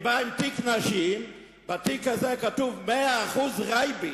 היא באה עם תיק נשים ובתיק הזה כתוב 100% rabbit.